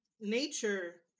nature